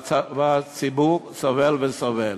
והציבור סובל וסובל.